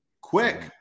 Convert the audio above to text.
quick